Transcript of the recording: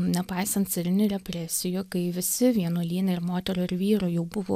nepaisant carinių represijų kai visi vienuolynai ir moterų ir vyrų jau buvo